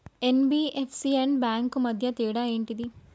NBFC and banks కు మధ్య తేడా ఏంటిది?